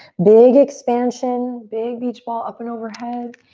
big expansion. big beach ball up and overhead.